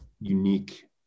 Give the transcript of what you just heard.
unique